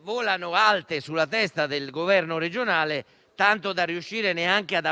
volano alte sulla testa del Governo regionale, tanto da non riuscire neanche ad